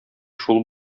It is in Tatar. шул